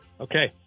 Okay